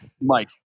Mike